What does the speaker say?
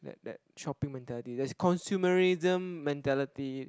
that that chopping mentality that's consumerism mentality